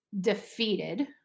defeated